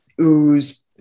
ooze